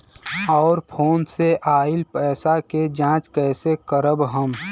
और फोन से आईल पैसा के जांच कैसे करब हम?